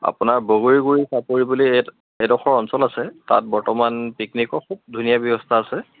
আপোনাৰ বগৰীগুৰি চাপৰি বুলি এডোখৰ অঞ্চল আছে তাত বৰ্তমান পিকনিকৰ খুব ধুনীয়া ব্যৱস্থা আছে